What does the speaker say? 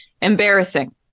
embarrassing